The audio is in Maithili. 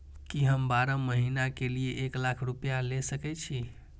की हम बारह महीना के लिए एक लाख रूपया ले सके छी?